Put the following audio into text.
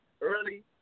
Early